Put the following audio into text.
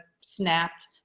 snapped